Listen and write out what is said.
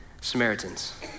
Samaritans